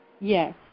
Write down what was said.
Yes